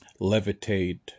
Levitate